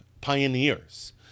pioneers